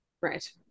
Right